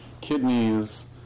kidneys